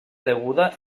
deguda